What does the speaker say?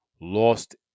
lost